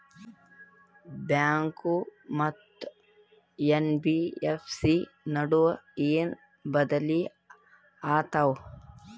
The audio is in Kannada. ಬ್ಯಾಂಕು ಮತ್ತ ಎನ್.ಬಿ.ಎಫ್.ಸಿ ನಡುವ ಏನ ಬದಲಿ ಆತವ?